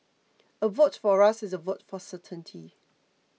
a vote for us is a vote for certainty